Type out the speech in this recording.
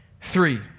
Three